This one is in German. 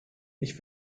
ich